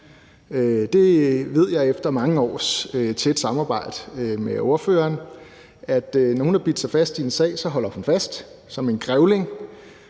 det ved jeg efter mange års tæt samarbejde med ordføreren, for når hun har bidt sig fast i en sag, holder hun fast som en grævling.